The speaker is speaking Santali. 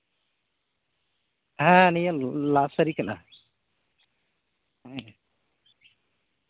ᱦᱮᱸ ᱱᱤᱭᱟᱹ ᱱᱟᱨᱥᱟᱨᱤ ᱠᱟᱱᱟ